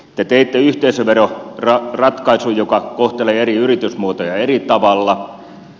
te teitte yhteisöveroratkaisun joka kohtelee eri yritysmuotoja eri tavalla